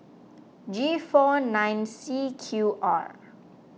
G four nine C Q R